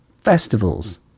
festivals